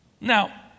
Now